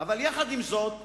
עם זאת,